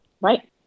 Right